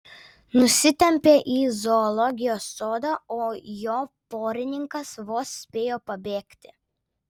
nusitempė jį į zoologijos sodą o jo porininkas vos spėjo pabėgti